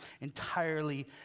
entirely